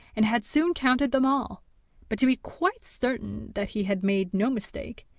and had soon counted them all but, to be quite certain that he had made no mistake,